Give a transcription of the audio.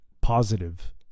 positive